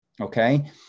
okay